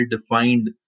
defined